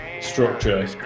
structure